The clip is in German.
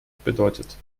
bedeutet